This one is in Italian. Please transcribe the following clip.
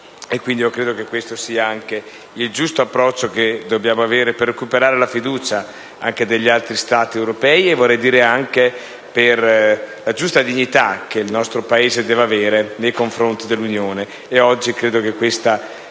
PANIZZA). Credo che questo sia anche il giusto approccio che dobbiamo avere per recuperare la fiducia anche degli altri Stati europei, e vorrei dire anche per la giusta dignità che il nostro Paese deve avere nei confronti dell'Unione.